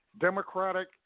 democratic